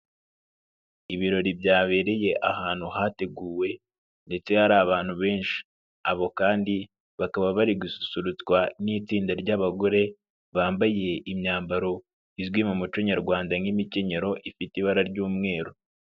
Ibirori byabereye ahantu hateguwe ndetse hari abantu benshi, abo kandi bakaba bari gususurutswa n'itsinda ry'abagore, bambaye imyambaro izwi mu muco nyarwanda nk'imikenyero ifite ibara ry'umweru.